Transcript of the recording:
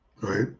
Right